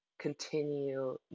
continue